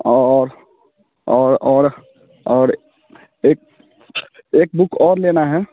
और और और और एक एक बुक और लेना है